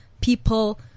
people